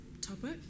topic